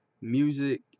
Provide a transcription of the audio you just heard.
music